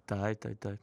taip taip taip